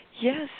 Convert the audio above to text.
Yes